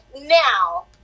now